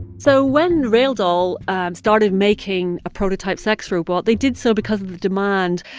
so when realdoll started making a prototype sex robot, they did so because of the demand.